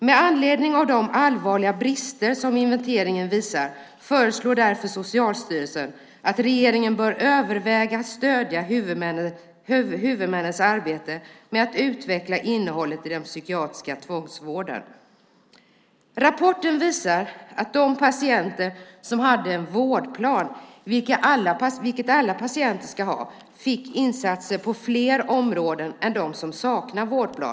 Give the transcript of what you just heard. Med anledning av de allvarliga brister som inventeringen visar föreslår därför Socialstyrelsen att regeringen bör överväga att stödja huvudmännens arbete med att utveckla innehållet i den psykiatriska tvångsvården. Rapporten visar att de patienter som hade en vårdplan, vilket alla patienter ska ha, fick insatser på fler områden än de som saknade vårdplan.